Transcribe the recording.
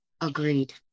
Agreed